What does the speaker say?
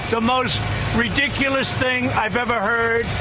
the most ridiculous thing i've ever heard.